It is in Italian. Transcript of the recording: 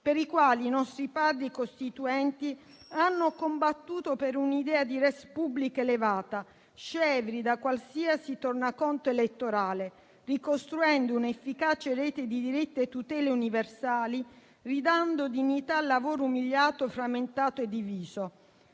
per i quali i nostri Padri costituenti hanno combattuto, per un'idea di *res publica* elevata, scevri da qualsiasi tornaconto elettorale, ricostruendo un'efficace rete di diritti e tutele universali, ridando dignità al lavoro umiliato, frammentato e diviso.